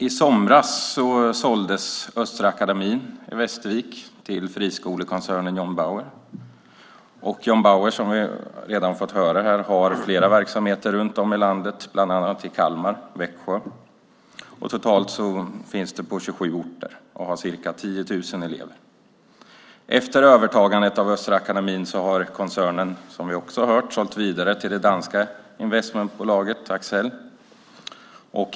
I somras såldes Östra Akademin i Västervik till friskolekoncernen John Bauer. John Bauer, har vi redan fått höra här, har flera verksamheter runt om i landet, bland annat i Kalmar och Växjö. Totalt finns det på 27 orter och har ca 10 000 elever. Efter övertagandet av Östra Akademin har koncernen, som vi också har hört, sålts vidare till det danska investmentbolaget Axcel.